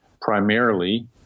primarily